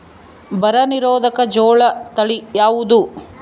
ಬರ ನಿರೋಧಕ ಜೋಳ ತಳಿ ಯಾವುದು?